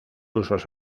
usos